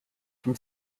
from